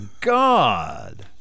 god